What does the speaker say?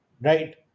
right